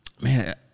Man